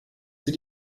sie